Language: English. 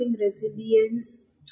resilience